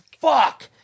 fuck